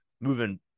moving